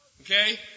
Okay